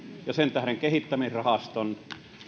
sen tähden kehittämisrahastoon